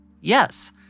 Yes